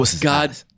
God